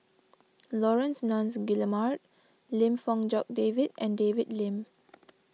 Laurence Nunns Guillemard Lim Fong Jock David and David Lim